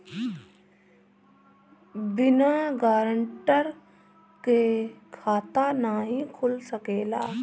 बिना गारंटर के खाता नाहीं खुल सकेला?